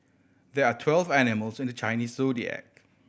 there are twelve animals in the Chinese Zodiac